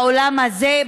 באולם הזה,